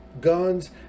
guns